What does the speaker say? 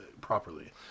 properly